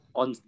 on